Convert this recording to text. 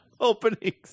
openings